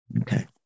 Okay